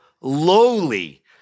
lowly